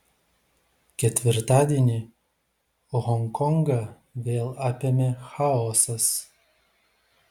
ketvirtadienį honkongą vėl apėmė chaosas